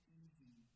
easy